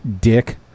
Dick